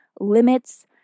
limits